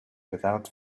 without